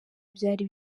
byari